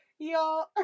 Y'all